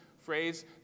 phrase